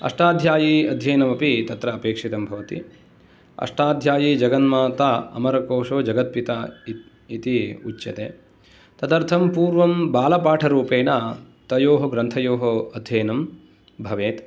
अष्टाध्यायी अध्ययनमपि तत्र अपेक्षितं भवति अष्टाध्यायी जगन्माता अमरकोषो जगत् पिता इति उच्यते तदर्थं पूर्वं बालपाठरूपेण तयोः ग्रन्थयोः अध्ययनं भवेत्